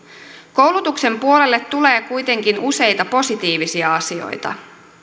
koulutuksen puolelle tulee kuitenkin useita positiivisia asioita